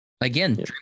again